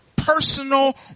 personal